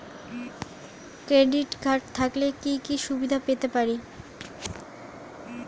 Credit card থাকলে কি কি সুবিধা পেতে পারি?